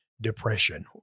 depression